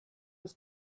ist